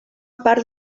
part